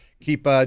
keep